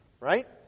Right